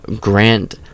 Grant